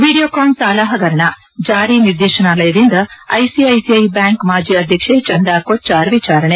Videocon ಸಾಲ ಹಗರಣ ಜಾರಿ ನಿರ್ದೇಶನಾಲಯದಿಂದ ಐಸಿಐಸಿಐ ಬ್ಯಾಂಕ್ ಮಾಜಿ ಅಧ್ಯಕ್ಷೆ ಚಂದಾ ಕೊಚ್ಚಾರ್ ವಿಚಾರಣೆ